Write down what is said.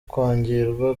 kwangirwa